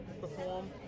perform